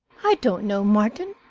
i don't know, martin,